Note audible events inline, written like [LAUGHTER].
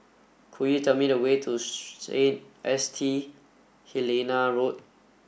could you tell me the way to [UNINTELLIGIBLE] S T Helena Road